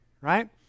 right